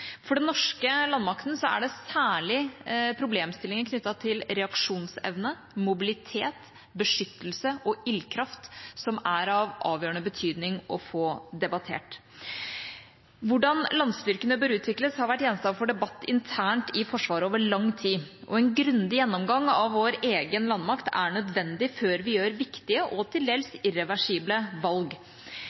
For den norske landmakten er det særlig problemstillingen knyttet til reaksjonsevne, mobilitet, beskyttelse og ildkraft som er av avgjørende betydning å få debattert. Hvordan landstyrkene bør utvikles, har vært gjenstand for debatt internt i Forsvaret over lang tid, og en grundig gjennomgang av vår egen landmakt er nødvendig før vi gjør viktige og til dels irreversible valg.